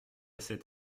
cet